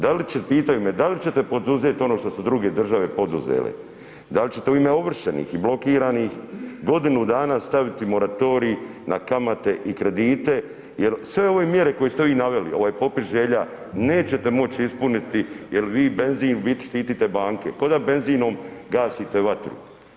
Da li će, pitaju me da li ćete poduzet ono što su druge države poduzele, da li ćete u ime ovršenih i blokiranih godinu dana staviti moratorij na kamate i kredite, jel sve ove mjere koje ste vi naveli, ovaj popis želja, nećete moć ispuniti jel vi benzin, u biti štitite banke, koda benzinom gasite vatru.